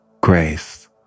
grace